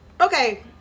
Okay